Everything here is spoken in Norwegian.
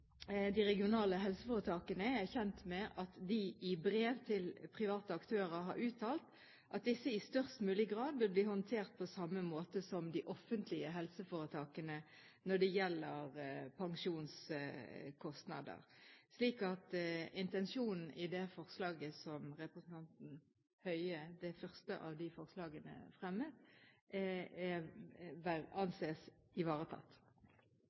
de regionale helseforetakene er kjent med at vi i brev til private aktører har uttalt at disse i størst mulig grad vil bli håndtert på samme måte som de offentlige helseforetakene når det gjelder pensjonskostnader. Så intensjonen i det forslaget som representanten Høie fremmet – det første av forslagene – anses ivaretatt.